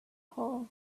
hole